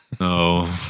No